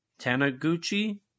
tanaguchi